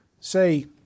say